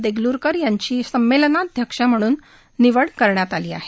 देगलूरकर यांची संमेलनाध्यक्ष म्हणून निवड करण्यात आली आहे